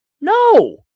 No